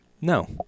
No